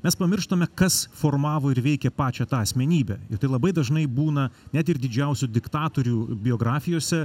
mes pamirštame kas formavo ir veikė pačią tą asmenybę ir tai labai dažnai būna net ir didžiausių diktatorių biografijose